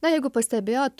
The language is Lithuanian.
na jeigu pastebėjot